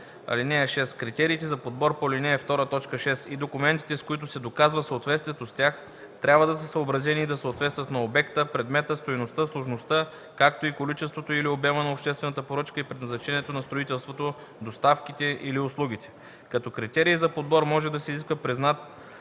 „(6) Критериите за подбор по ал. 2, т. 6 и документите, с които се доказва съответствието с тях, трябва да са съобразени и да съответстват на обекта, предмета, стойността, сложността, както и количеството или обема на обществената поръчка и предназначението на строителството, доставките или услугите. Като критерий за подбор може да се изисква признат